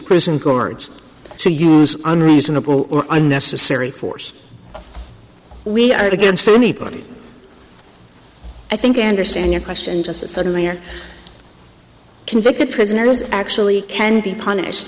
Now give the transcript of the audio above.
prison guards to use unreasonable or unnecessary force we are against anybody i think i understand your question to suddenly are convicted prisoners actually can be punished